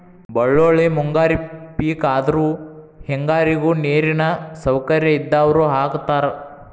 ಬಳ್ಳೋಳ್ಳಿ ಮುಂಗಾರಿ ಪಿಕ್ ಆದ್ರು ಹೆಂಗಾರಿಗು ನೇರಿನ ಸೌಕರ್ಯ ಇದ್ದಾವ್ರು ಹಾಕತಾರ